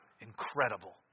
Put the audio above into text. incredible